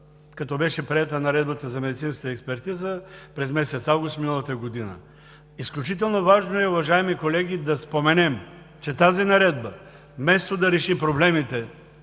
като беше приета Наредбата за медицинската експертиза през месец август миналата година. Изключително важно е, уважаеми колеги, да споменем, че тази наредба вместо да реши проблемите